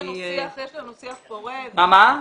יש לנו שיח פורה ויעיל.